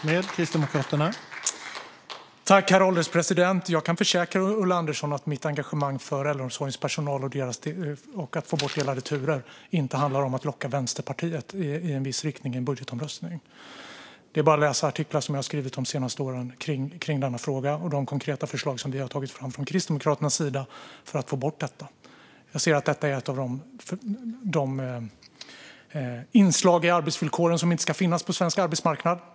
Herr ålderspresident! Jag kan försäkra Ulla Andersson att mitt engagemang för äldreomsorgens personal och för att få bort delade turer inte handlar om att locka Vänsterpartiet i en viss riktning i en budgetomröstning. Det är bara att läsa artiklar som jag har skrivit de senaste åren kring denna fråga och de konkreta förslag som vi har tagit fram från Kristdemokraternas sida för att få bort detta. Jag ser att detta är ett inslag i arbetsvillkoren som inte ska finnas på svensk arbetsmarknad.